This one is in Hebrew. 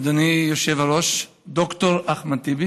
אדוני היושב-ראש ד"ר אחמד טיבי